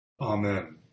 Amen